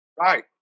Right